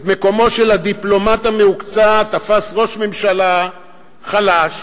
את מקומו של הדיפלומט המהוקצע תפס ראש ממשלה חלש,